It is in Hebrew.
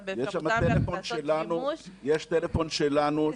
אבל באפשרותם לעשות שימוש --- יש שם טלפון שלנו,